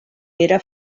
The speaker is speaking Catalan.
pere